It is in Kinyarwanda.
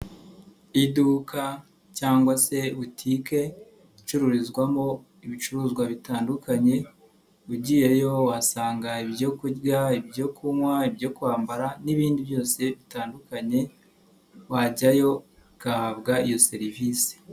Iduka cyangwa se butike icururizwamo ibicuruzwa bitandukanye ugiyeyo wahasanga ibyo kurya, ibyo kunywa, ibyo kwambara n'ibindi byose bitandukanye, wajyayo ugahabwa iyo serivisi.